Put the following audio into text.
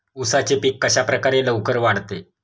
उसाचे पीक कशाप्रकारे लवकर वाढते?